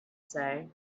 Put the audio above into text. say